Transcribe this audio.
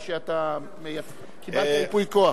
או שאתה קיבלת ייפוי כוח?